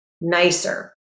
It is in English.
nicer